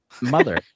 mother